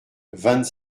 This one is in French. vingt